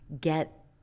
get